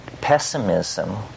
pessimism